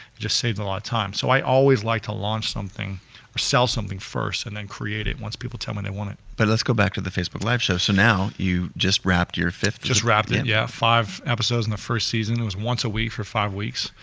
just saves a lot of time. so i always like to launch something or sell something first and then create it once people tell me they want it. but let's go back to the facebook live show, so now you just wrapped your fifth just wrapped it, yeah, five episodes in the first season, it was once a week for five weeks.